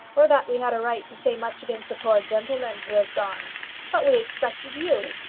or that we had a right to say much against the poor gentleman who has gone but we expected you,